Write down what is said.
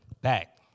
back